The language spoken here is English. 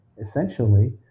essentially